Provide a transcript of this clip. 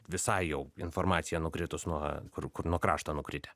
visai jau informacija nukritus nuo kur kur nuo krašto nukritę